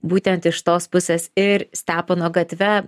būtent iš tos pusės ir stepono gatve